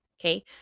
Okay